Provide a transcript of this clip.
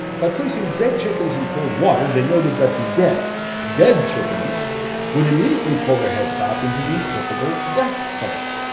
by placing dead chickens in cold water, they noted that the dead dead chickens would immediately pull their heads back into the typical death pose.